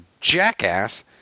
jackass